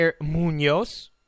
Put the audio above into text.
Munoz